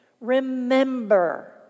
remember